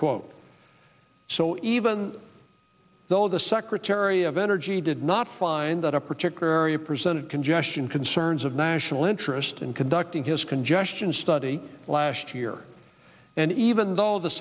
quote so even though the secretary of energy did not find that a particular area presented congestion concerns of national interest in conducting his congestion study last year and even though the